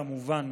כמובן,